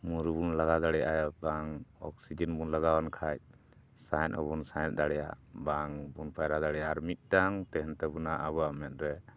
ᱢᱩ ᱨᱮᱵᱚᱱ ᱞᱟᱜᱟᱣ ᱫᱟᱲᱮᱭᱟᱜᱼᱟ ᱵᱟᱝ ᱚᱠᱥᱤᱡᱮᱱ ᱵᱚᱱ ᱞᱟᱜᱟᱣᱟᱱ ᱠᱷᱟᱡ ᱥᱟᱦᱮᱸᱫ ᱦᱚᱸᱵᱚᱱ ᱥᱟᱦᱮᱸᱫ ᱫᱟᱲᱮᱭᱟᱜᱼᱟ ᱵᱟᱝᱵᱚᱱ ᱯᱟᱭᱨᱟ ᱫᱟᱲᱮᱭᱟᱜᱼᱟ ᱟᱨ ᱢᱤᱫᱴᱟᱝ ᱛᱟᱦᱮᱱ ᱛᱟᱵᱚᱱᱟ ᱟᱵᱚᱣᱟᱜ ᱢᱮᱸᱫ ᱨᱮ